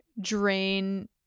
drain